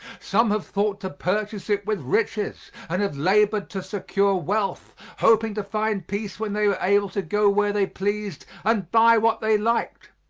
some have thought to purchase it with riches and have labored to secure wealth, hoping to find peace when they were able to go where they pleased and buy what they liked.